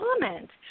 comment